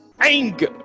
anger